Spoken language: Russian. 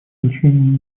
лечению